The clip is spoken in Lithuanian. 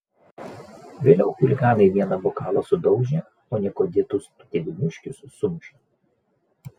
vėliau chuliganai vieną bokalą sudaužė o niekuo dėtus tytuvėniškius sumušė